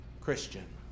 christian